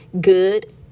good